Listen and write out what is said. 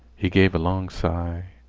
he gave a long sigh,